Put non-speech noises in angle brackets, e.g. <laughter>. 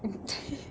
<laughs>